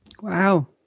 Wow